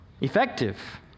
effective